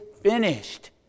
finished